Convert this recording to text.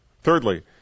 Thirdly